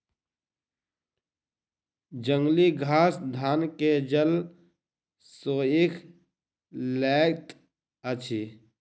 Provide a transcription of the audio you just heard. जंगली घास धान के जल सोइख लैत अछि